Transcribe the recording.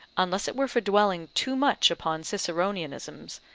unless it were for dwelling too much upon ciceronianisms,